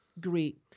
great